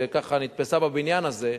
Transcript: שככה נתפסה בבניין הזה,